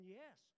yes